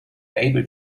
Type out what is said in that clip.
able